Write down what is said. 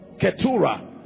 Keturah